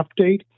update